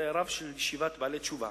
זה רב של ישיבת בעלי תשובה,